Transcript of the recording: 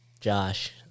Josh